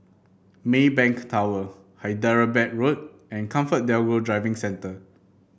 Maybank Tower Hyderabad Road and ComfortDelGro Driving Centre